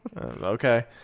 Okay